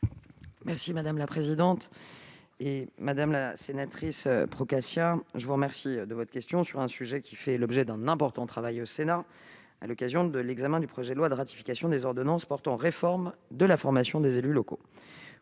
est à Mme la secrétaire d'État. Madame la sénatrice Procaccia, je vous remercie de votre question sur un sujet qui a fait l'objet d'un important travail au Sénat, à l'occasion de l'examen du projet de loi de ratification des ordonnances portant réforme de la formation des élus locaux.